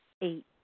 Eight